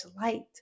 light